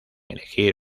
elegir